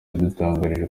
yadutangarije